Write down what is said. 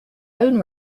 own